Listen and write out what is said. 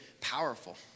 powerful